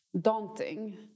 daunting